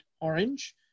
orange